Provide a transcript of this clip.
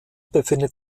befindet